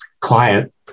client